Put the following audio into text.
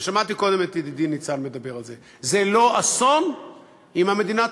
ושמעתי קודם את ידידי ניצן מדבר על זה: זה לא אסון אם המדינה תבנה.